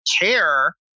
care